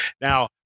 Now